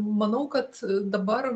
manau kad dabar